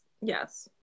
Yes